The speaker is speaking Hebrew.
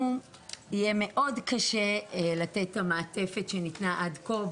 לנו יהיה מאוד קשה להמשיך לתת את המעטפת שניתנה עד כה,